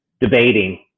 debating